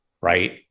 right